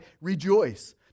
rejoice